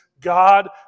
God